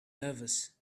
nervous